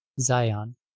zion